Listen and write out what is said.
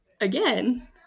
again